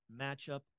matchup